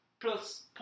plus